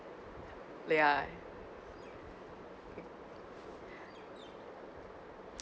ya